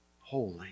holy